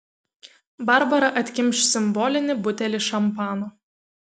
barbara atkimš simbolinį butelį šampano